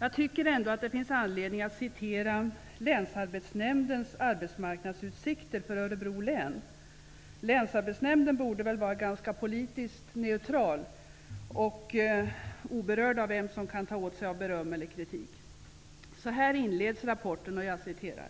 Jag tycker ändå att det finns anledning att citera Länsarbetsnämnden borde väl vara politiskt ganska neutral och oberörd av vem som kan ta åt sig beröm eller kritik. Så här inleds rapporten. Jag citerar: